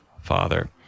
Father